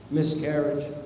miscarriage